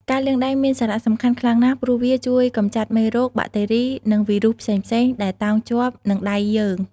ការលាងដៃមានសារៈសំខាន់ខ្លាំងណាស់ ព្រោះវាជួយកម្ចាត់ មេរោគ បាក់តេរី និងវីរុសផ្សេងៗ ដែលតោងជាប់នឹងដៃយើង។